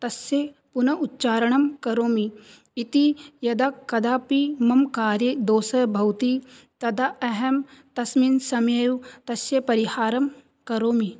तस्ये पुनः उच्चारणं करोमि इति यदा कदापि मम कार्ये दोषः भवति तदा अहं तस्मिन् समये एव तस्य परिहारं करोमि